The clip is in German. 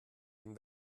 den